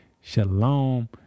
Shalom